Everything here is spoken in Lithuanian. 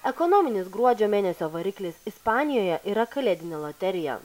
ekonominis gruodžio mėnesio variklis ispanijoje yra kalėdinė loterija